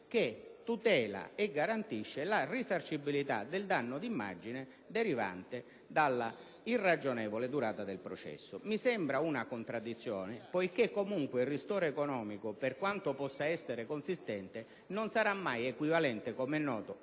che tutela e garantisce la risarcibilità del danno di immagine derivante dall'irragionevole durata del processo. Questa mi sembra una contraddizione perché, comunque, il ristoro economico, per quanto possa essere consistente, non sarà mai equivalente, come è noto,